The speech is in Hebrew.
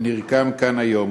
הנרקם כאן היום,